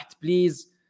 Please